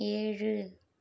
ஏழு